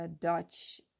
Dutch